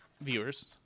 Viewers